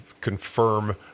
confirm